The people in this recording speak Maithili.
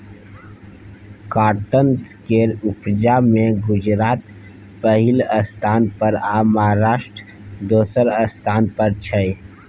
काँटन केर उपजा मे गुजरात पहिल स्थान पर आ महाराष्ट्र दोसर स्थान पर छै